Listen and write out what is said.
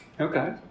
Okay